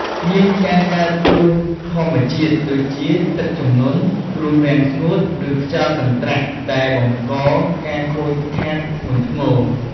មានការកើតគ្រោះធម្មជាតិ ដូចជាទឹកជំនន់ គ្រោះរាំងស្ងួត ឬខ្យល់កន្ត្រាក់ដែលបង្កការខូចខាតធ្ងន់ធ្ងរ។